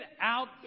out